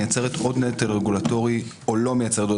מייצרת עוד נטל רגולטורי או לא מייצרת?